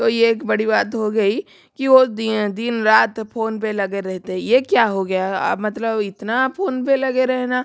तो ये एक बड़ी बात हो गई कि वो दिन रात फ़ोन पर लगे रहते हे ये क्या हो गया मतलब इतना फोन पर लगे रहना